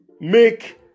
make